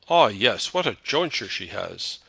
ah! yes. what a jointure she has!